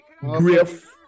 Griff